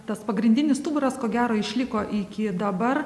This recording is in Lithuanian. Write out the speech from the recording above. tas pagrindinis stuburas ko gero išliko iki dabar